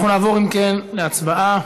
אנחנו נעבור, אם כן, להצבעה